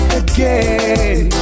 again